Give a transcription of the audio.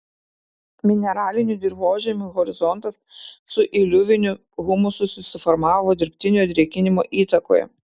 mineralinių dirvožemių horizontas su iliuviniu humusu susiformavo dirbtinio drėkinimo įtakoje